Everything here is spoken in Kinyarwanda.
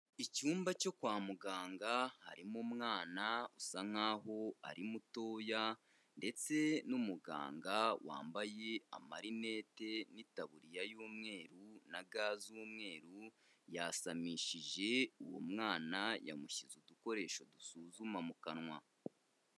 Icyumba cyo kwa muganga harimo umwana usa nkaho ari mutoya ndetse n'umuganga wambaye amarinete n'itaburiya y'umweru na ga z'umweruru, yasamishije uwo mwana, yamushyize udukoresho dusuzuma mu kanwa.